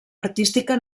artística